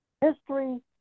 History